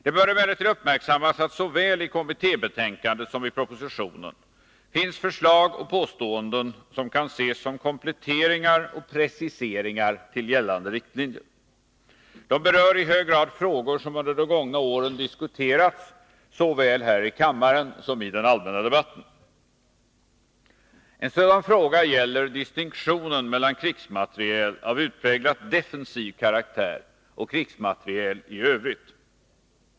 Det bör emellertid uppmärksammas att såväl i kommittébetänkandet som i propositionen finns förslag och påståenden som kan ses som kompletteringar och preciseringar till gällande riktlinjer. De berör i hög grad frågor som under de gångna åren tagits upp både här i kammaren och i den allmänna debatten. En sådan fråga gäller distinktionen mellan krigsmateriel av utpräglat defensiv karaktär och krigsmateriel i övrigt.